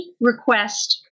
request